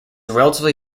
relatively